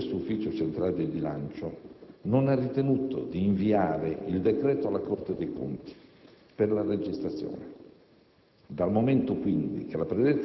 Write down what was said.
Per i motivi sopra esposti, lo stesso Ufficio centrale del bilancio non ha ritenuto di inviare il decreto alla Corte dei conti per la registrazione.